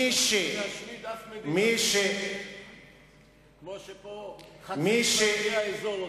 להשמיד אף מדינה כמו שפה באזור חצי ממנהיגי האזור,